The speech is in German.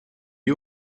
die